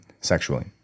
sexually